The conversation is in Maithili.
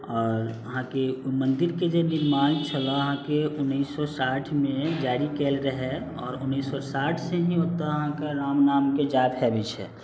आओर अहाँके ओ मन्दिरके जे भी निर्माण छलै अहाँके उनैस सओ साठिमे जारी कएल रहै आओर उनैस सओ साठिसँ ही ओतऽ अहाँके राम नामके जाप हेबै छै